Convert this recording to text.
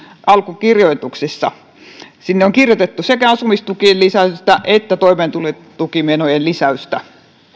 alkukirjoituksissa ovat kelalla niin ne eivät niin kuin haittaa kuntia sinne on kirjoitettu sekä asumistukien lisäystä että toimeentulotukimenojen lisäystä